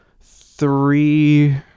three